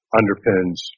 underpins